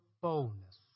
boldness